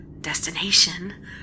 destination